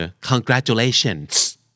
Congratulations